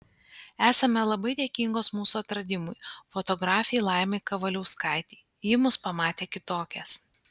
esame labai dėkingos mūsų atradimui fotografei laimai kavaliauskaitei ji mus pamatė kitokias